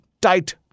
tight